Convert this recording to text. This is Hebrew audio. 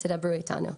אז תדברו איתנו.